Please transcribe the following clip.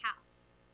house